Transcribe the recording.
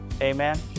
Amen